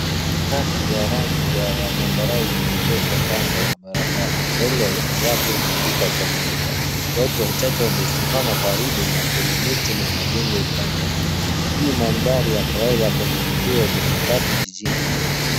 Matatu ya rangi ya zambarau imeegeshwa kando ya barabara. Mbele yake imeandikwa, commuter. Watu wachache wamesimama karibu na kuna miti na majengo upande wa kulia. Hii ni mandhari ya kawaida kwenye vituo vya matatu jijini Nairobi.